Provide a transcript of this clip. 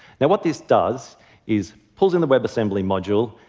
now, what this does is, pulls in the webassembly module,